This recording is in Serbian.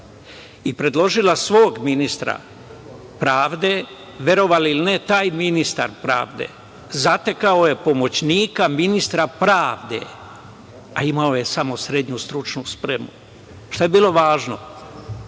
i predložila svog ministra pravde, verovali ili ne, taj ministar pravde zatekao je pomoćnika ministra pravde, a imamo je samo srednju stručnu spremu. Šta je bilo važno?